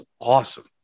awesome